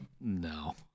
no